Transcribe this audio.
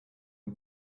can